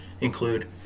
include